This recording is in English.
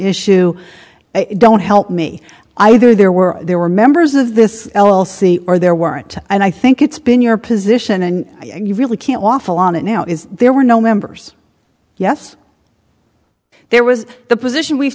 issue don't help me either there were there were members of this l l c or there weren't and i think it's been your position and you really can't awful on it now is there were no members yes there was the position we've